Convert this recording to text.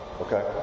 Okay